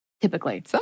typically